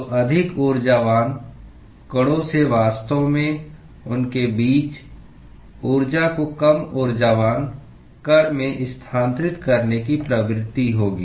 तो अधिक ऊर्जावान कणों से वास्तव में उनके बीच ऊर्जा को कम ऊर्जावान कण में स्थानांतरित करने की प्रवृत्ति होगी